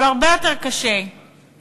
אבל הרבה יותר קשה לנסוע,